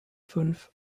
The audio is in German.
fünf